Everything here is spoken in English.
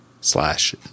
slash